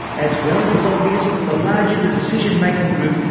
as well, it is obvious that the larger the decision making group,